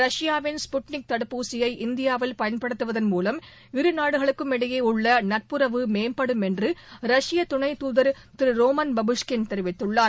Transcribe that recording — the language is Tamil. ரஷ்யாவின் ஸ்புட்ளிக் தடுப்பூசியை இந்தியாவில் பயன்படுத்துவதன் மூலம் இரு நாடுகளுக்கும் இடையே உள்ள நட்புறவு மேம்படும் என்று ரஷ்ய துணைத் தூதர் திரு ரோமன் பாபுஷ்கின் தெரிவித்துள்ளார்